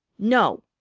no,